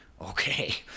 Okay